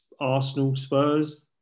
Arsenal-Spurs